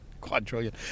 Quadrillion